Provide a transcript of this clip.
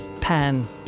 Pan